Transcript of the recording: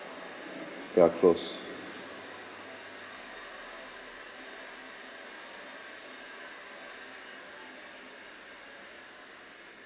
they're close